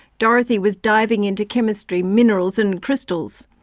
dorothy was diving into chemistry, minerals and crystals!